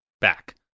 back